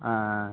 ஆ ஆ